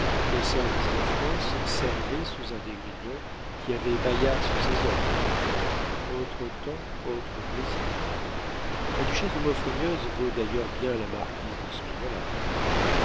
au service de france servait sous un d'esgrignon qui avait bayard sous ses ordres autre temps autres plaisirs la duchesse de maufrigneuse vaut d'ailleurs bien la marquise de